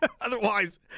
Otherwise